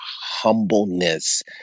humbleness